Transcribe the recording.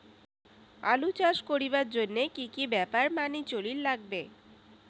আলু চাষ করিবার জইন্যে কি কি ব্যাপার মানি চলির লাগবে?